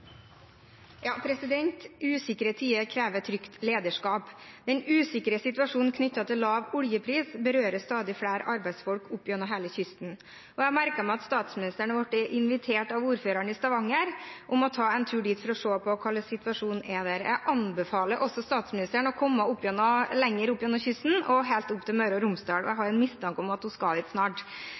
tider krever trygt lederskap. Den usikre situasjonen knyttet til lav oljepris berører stadig flere arbeidsfolk langs hele kysten. Jeg har merket meg at statsministeren har blitt invitert av ordføreren i Stavanger til å ta en tur dit for å se hvordan situasjonen er der. Jeg anbefaler også statsministeren å komme lenger opp langs kysten, helt opp til Møre og Romsdal, og jeg har en mistanke om at hun skal dit snart.